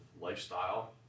lifestyle